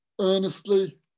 earnestly